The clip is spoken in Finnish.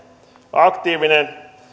aktiivinen